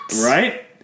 Right